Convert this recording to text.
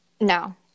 No